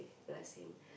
bless him